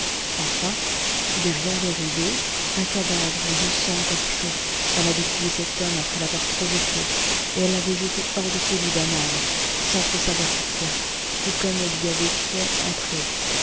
enfin derrière les rideaux un cadavre et du sang encore chaud elle avait tué cet homme après l'avoir provoqué et elle l'avait jeté hors de ce lit banal sans trop savoir pourquoi tout comme elle l'y avait fait entrer